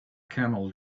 camel